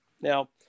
Now